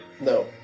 No